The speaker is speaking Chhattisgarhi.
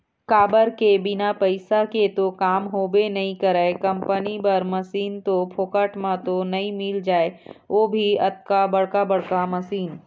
काबर के बिना पइसा के तो काम होबे नइ करय कंपनी बर मसीन तो फोकट म तो नइ मिल जाय ओ भी अतका बड़का बड़का मशीन